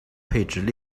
配置